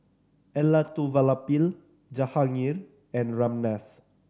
Elattuvalapil Jahangir and Ramnath